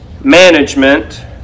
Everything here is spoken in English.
management